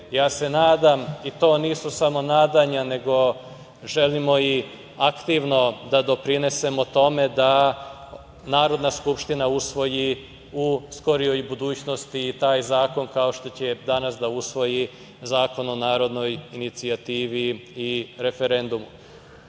Nadam se, i to nisu samo nadanje, nego želimo i aktivno da doprinesemo tome da Narodna skupština usvoji u skorijoj budućnosti taj zakon, kao što će danas da usvoji Zakon o narodnoj inicijativi i referendumu. Zbog